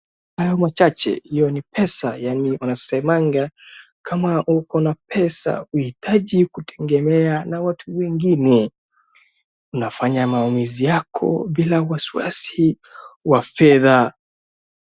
Kwa hayo machache hiyo ni pesa. Yani wanasemanga kama uko na pesa huhitaji kutegemea na watu wengine. Unafanya maamuzi yako bila wasiwasi wa fedha.